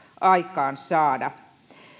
aikaansaada